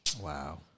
Wow